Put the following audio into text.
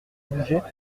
bouger